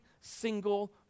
single